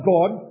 God